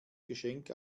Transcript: geschenk